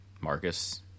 Marcus